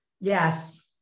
Yes